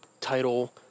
title